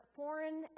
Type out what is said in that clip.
foreign